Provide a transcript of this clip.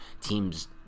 teams